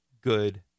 good